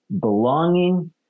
belonging